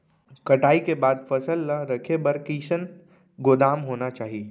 कटाई के बाद फसल ला रखे बर कईसन गोदाम होना चाही?